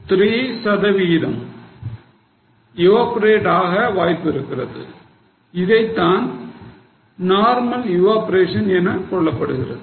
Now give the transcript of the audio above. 3 சதவிகிதம் evaporate ஆக வாய்ப்பு இருக்கிறது இதைத்தான் normal evaporation எனக் கொள்ளப்படுகிறது